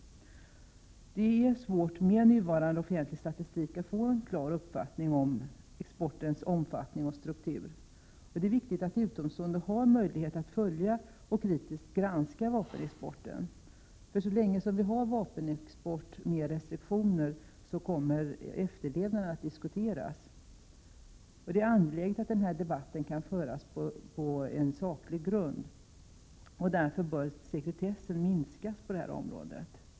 Det är svårt att med nuvarande offentliga statistik få en klar uppfattning om vapenexportens omfattning och struktur. Det är viktigt att utomstående har möjlighet att följa en kritisk granskning av vapenexporten. Så länge vi har vapenexport med restriktioner kommer efterlevnaden av dessa att diskuteras. Det är angeläget att denna debatt kan föras på saklig grund. Därför bör sekretessen minskas på detta område.